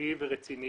משמעותי ורציני